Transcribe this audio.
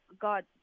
god